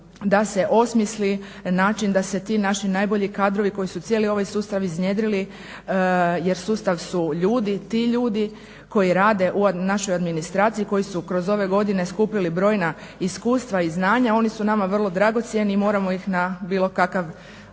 da se osmisli način da se ti naši najbolji kadrovi koji su cijeli ovaj sustav iznjedrili, jer sustav su ljudi, ti ljudi koji rade u našoj administraciji koji su kroz ove godine skupili brojna iskustva i znanja oni su nama vrlo dragocjeni i moramo ih na bilo kakav